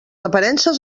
aparences